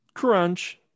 crunch